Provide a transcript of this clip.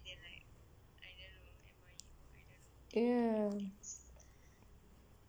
ya